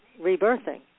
rebirthing